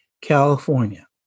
California